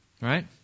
Right